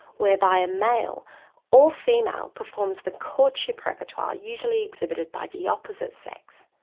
whereby a male or female performs the courtship repertoire usually exhibited by the opposite sex.